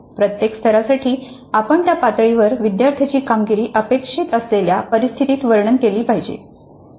प्रत्येक स्तरासाठी आपण त्या पातळीवर विद्यार्थ्यांची कामगिरी अपेक्षित असलेल्या परिस्थितीत वर्णन केले पाहिजे